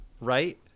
right